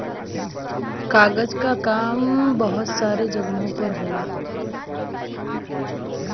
कागज क काम बहुत सारे जगह पर होला